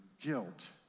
guilt